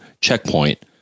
checkpoint